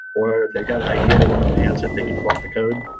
or they got an idea they want to enhance it, they could fork the code.